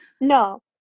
no